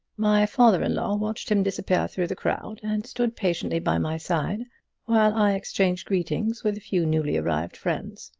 my father-in-law watched him disappear through the crowd, and stood patiently by my side while i exchanged greetings with a few newly arrived friends.